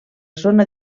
zona